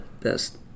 best